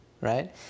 right